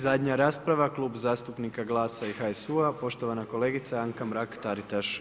I zadnja rasprava Klub zastupnika GLAS-a i HSU-a, poštovana kolegica Anka Mrak-Taritaš.